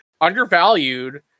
undervalued